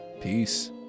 peace